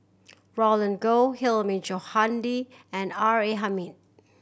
Roland Goh Hilmi Johandi and R A Hamid